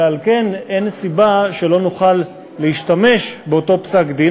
ועל כן אין סיבה שלא נוכל להשתמש באותו פסק-דין,